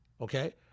Okay